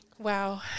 wow